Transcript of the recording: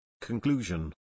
Conclusion